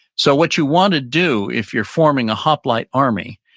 so what you want to do if you're forming a hoplite army,